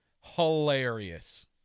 Hilarious